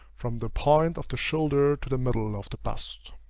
from the point of the shoulder to the middle of the bust.